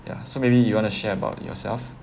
ya so maybe you want to share about yourself